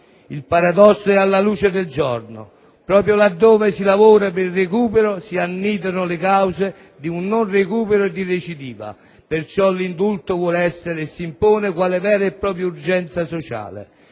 Il paradosso è alla luce del giorno: proprio laddove si lavora per il recupero, si annidano le cause di un non recupero e di recidiva. Perciò, l'indulto vuole essere, e si impone, quale vera e propria urgenza sociale.